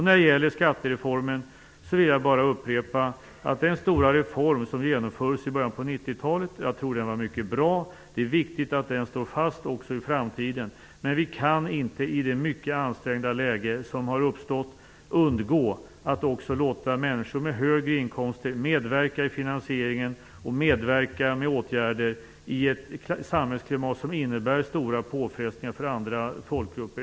När det gäller skattereformen vill jag upprepa att den stora reform som genomfördes i början av 90 talet var mycket bra. Det är viktigt att den står fast också i framtiden. Men vi kan inte i det mycket ansträngda läge som har uppstått undgå att också låta människor med högre inkomster medverka i finansieringen och medverka med åtgärder i ett samhällsklimat som innebär stora påfrestningar för andra folkgrupper.